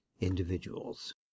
individuals